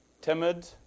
timid